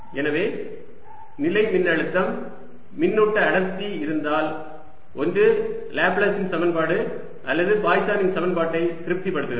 எனவே நிலை மின்னழுத்தம் மின்னூட்ட அடர்த்தி இருந்தால் ஒன்று லாப்லேஸின் சமன்பாடு அல்லது பாய்சனின் சமன்பாட்டை திருப்திப்படுத்துகிறது